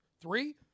Three